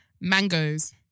Mangoes